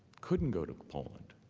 couldn't go to poland.